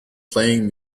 playing